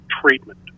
treatment